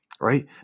right